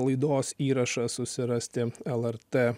laidos įrašą susirasti lrt